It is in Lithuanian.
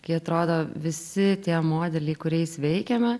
kai atrodo visi tie modeliai kuriais veikiame